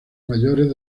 mayores